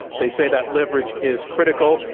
they say that leverage is critical,